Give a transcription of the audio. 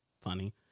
funny